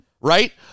right